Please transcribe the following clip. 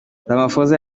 ramaphosa